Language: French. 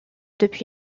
depuis